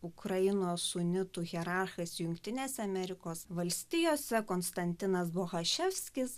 ukrainos unitų hierarchas jungtinėse amerikos valstijose konstantinas gohašeskis